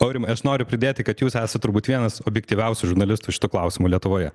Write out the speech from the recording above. aurimai aš noriu pridėti kad jūs esat turbūt vienas objektyviausių žurnalistų šitu klausimu lietuvoje